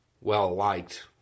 well-liked